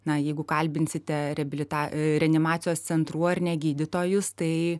na jeigu kalbinsite reabilita reanimacijos centrų ar ne gydytojus tai